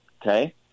okay